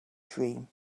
dream